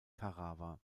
tarawa